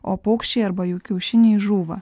o paukščiai arba jų kiaušiniai žūva